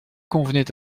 convenaient